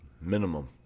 Minimum